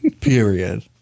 Period